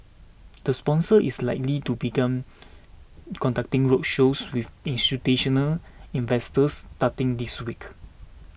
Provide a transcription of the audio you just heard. the sponsor is likely to begun conducting roadshows with institutional investors starting this week